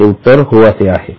याचे उत्तर हो असे आहे